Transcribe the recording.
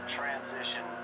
transition